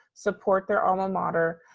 support their alma mater,